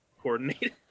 coordinated